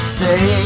say